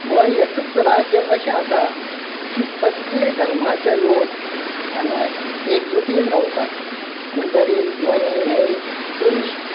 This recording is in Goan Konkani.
गोंय एकच राज्य अशें आसा की सगले धर्माचे लोक हांगा एक जुटीन रावतात म्हणटरी गोंय हे एक ट्युरिस्ट